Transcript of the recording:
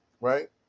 right